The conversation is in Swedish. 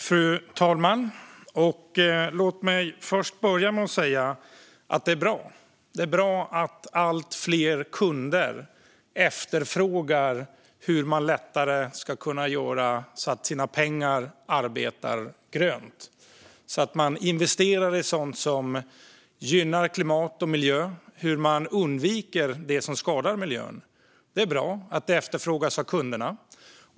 Fru talman! Låt mig börja med att säga att det är bra att allt fler kunder efterfrågar hur man lättare ska kunna göra så att ens pengar arbetar grönt, hur man investerar i sådant som gynnar klimat och miljö och hur man undviker det som skadar miljön. Det är bra att detta efterfrågas av kunderna.